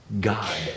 God